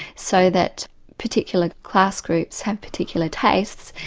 so that particular class groups have particular tastes,